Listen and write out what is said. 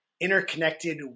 interconnected